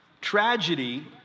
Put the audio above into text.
Tragedy